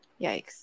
Yikes